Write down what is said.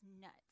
nuts